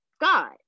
God